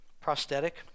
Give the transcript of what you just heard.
prosthetic